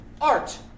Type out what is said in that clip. art